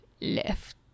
left